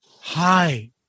Hi